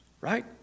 right